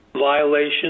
Violation